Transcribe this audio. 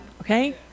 Okay